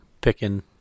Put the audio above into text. picking